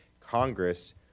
Congress